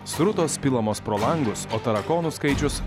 srutos pilamos pro langus o tarakonų skaičius